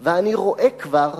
פניהם./ ואני רואה כבר